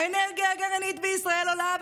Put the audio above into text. האנרגיה הגרעינית בישראל עולה,